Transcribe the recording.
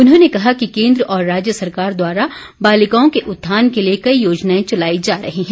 उन्होंने कहा कि केन्द्र और राज्य सरकार द्वारा बालिकाओं के उत्थान के लिए कई योजनाएं चलाई जा रही हैं